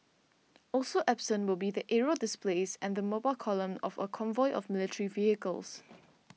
also absent will be the aerial displays and the mobile column of a convoy of military vehicles